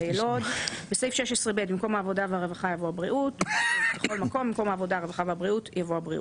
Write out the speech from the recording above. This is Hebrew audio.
בדברהרווחה והבריאות" יבוא "הבריאות".